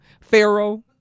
Pharaoh